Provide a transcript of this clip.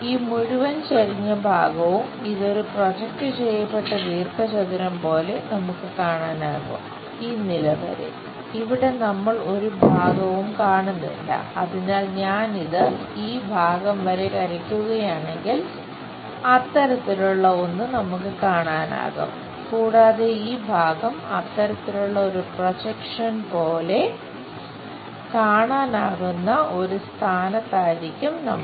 ഈ മുഴുവൻ ചെരിഞ്ഞ ഭാഗവും ഇത് ഒരു പ്രൊജക്റ്റ് പോലെ കാണാനാകുന്ന ഒരു സ്ഥാനത്തായിരിക്കും നമ്മൾ